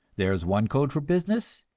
there is one code for business,